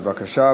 בבקשה,